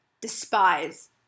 despise